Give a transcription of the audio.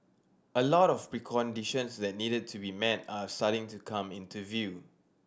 a lot of preconditions that needed to be met are starting to come into view